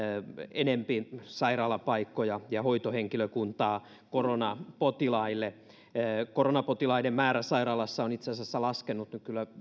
enempi sairaalapaikkoja ja hoitohenkilökuntaa koronapotilaille koronapotilaiden määrä sairaalassa on itse asiassa laskenut nyt kyllä